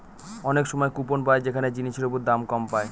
অনেক সময় কুপন পাই যেখানে জিনিসের ওপর দাম কম পায়